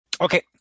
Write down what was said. Okay